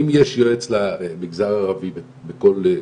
אם יש יועץ למגזר ערבי בכל,